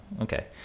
okay